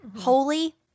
holy